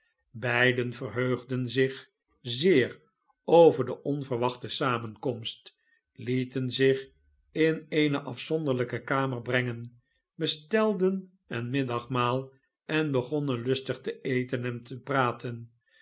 beiden verheugden zich zeer over de onverwachte samenkomst lieten zich in eene afzonderlijke kamer brengen bestelden een middagmaal en begonnen lustig te eten entepraten